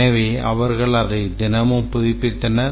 எனவே அவர்கள் அதை தினமும் புதுப்பித்தனர்